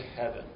heaven